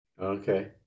Okay